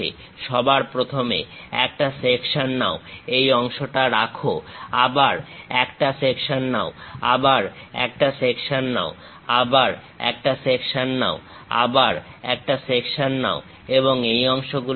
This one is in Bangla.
সবার প্রথমে একটা সেকশন নাও এই অংশটা রাখো আবার একটা সেকশন নাও আবার একটা সেকশন নাও আবার একটা সেকশন নাও আবার একটা সেকশন নাও এবং এই অংশগুলো রাখো